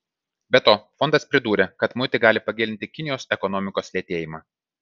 be to fondas pridūrė kad muitai gali pagilinti kinijos ekonomikos lėtėjimą